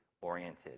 oriented